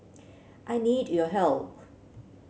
I need your help